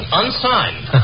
unsigned